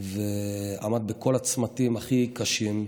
והוא עמד בכל הצמתים הכי קשים.